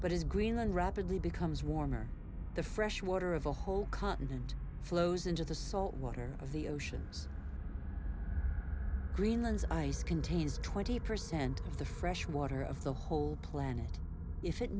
but is greenland rapidly becomes warmer the fresh water of the whole continent flows into the salt water of the oceans greenland's ice contains twenty percent of the fresh water of the whole planet if it